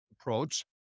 approach